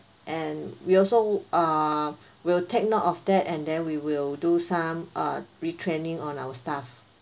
and we also uh will take note of that and then we will do some uh retraining on our staff